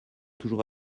toujours